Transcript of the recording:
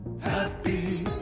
Happy